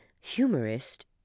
humorist